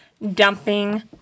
dumping